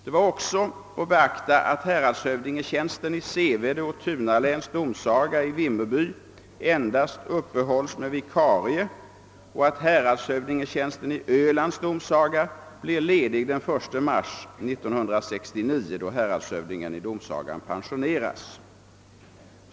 Det var också att beakta att häradshövdingtjänsten i Sevede och Tunaläns domsaga i Vimmerby endast uppehålls med vikarie och att häradshövdingtjänsten i Ölands domsaga blir ledig den 1 mars 1969, då häradshövdingen vid domsagan pensioneras.